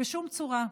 בשום צורה.